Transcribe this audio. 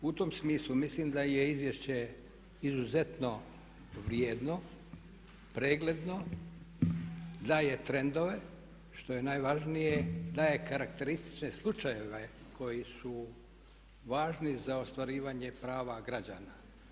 U tom smislu mislim da je izvješće izuzetno vrijedno, pregledno, daje trendove, što je najvažnije daje karakteristične slučajeve koji su važni za ostvarivanje prava građana.